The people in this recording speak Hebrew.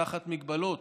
תחת מגבלות